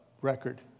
record